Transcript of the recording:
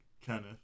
Kenneth